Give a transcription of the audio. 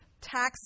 tax